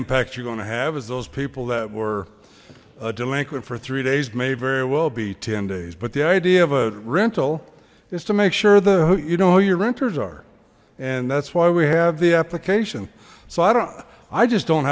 impact you're gonna have is those people that were delinquent for three days may very well be ten days but the idea of a rental is to make sure the you know your renters are and that's why we have the application so i don't i just don't